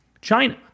China